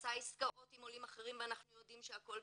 שעשה עסקאות עם עולים אחרים ואנחנו יודעים שהכל בסדר".